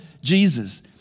Jesus